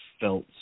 felt